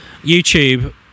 YouTube